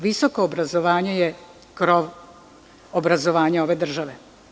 Visoko obrazovanje je krov obrazovanja ove države.